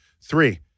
Three